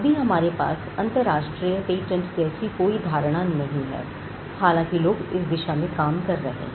अभी हमारे पास अंतरराष्ट्रीय पेटेंट जैसी कोई धारणा नहीं है हालांकि लोग इस दिशा में काम कर रहे हैं